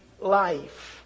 life